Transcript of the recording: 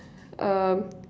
um